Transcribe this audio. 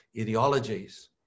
ideologies